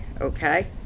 Okay